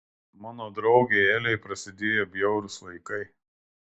mano draugei elei prasidėjo bjaurūs laikai